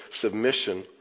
submission